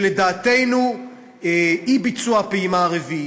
שלדעתנו אי-ביצוע הפעימה הרביעית,